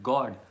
God